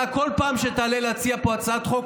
כל פעם שאתה תעלה להציע פה הצעת חוק,